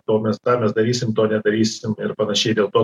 to mes tą mes darysim to nedarysim ir panašiai dėl to